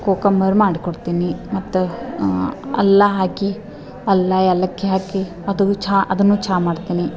ಕೋಕಮ್ಮರೂ ಮಾಡಿ ಕೊಡ್ತೇನೆ ಮತ್ತು ಅಲ್ಲ ಹಾಕಿ ಅಲ್ಲ ಏಲಕ್ಕಿ ಹಾಕಿ ಅದು ಚಹಾ ಅದನ್ನೂ ಚಹಾ ಮಾಡ್ತೀನಿ